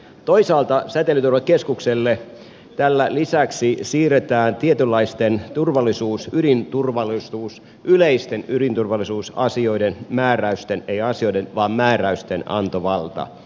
toisaalta tällä lisäksi siirretään säteilyturvakeskukselle tietynlaisten yleisten ydinturvallisuusasioiden määräysten ei asioiden vaan määräysten antovalta